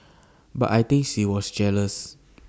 but I think she was jealous